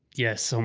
yes. so